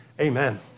Amen